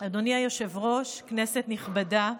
שהגשתי בכנסת הנוכחית,